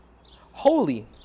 holy